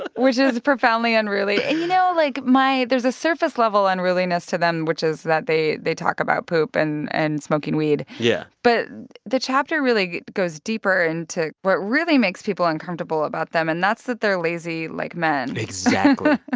but which is profoundly and really and, you know, like, my there's a surface level unruliness to them, which is that they they talk about poop and and smoking weed yeah but the chapter really goes deeper into what really makes people uncomfortable about them, and that's that they're lazy like men exactly.